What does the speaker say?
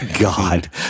God